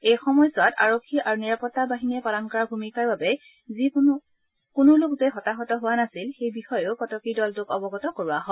এই সময়ছোৱাত আৰক্ষী আৰু নিৰাপত্তা বাহিনীয়ে পালন কৰা ভূমিকাৰ বাবে যিকোনো লোক হতাহত হোৱা নাছিল সেই বিষয়েও কটকীৰ দলটোক অৱগত কৰা হয়